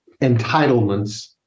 entitlements